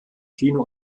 kino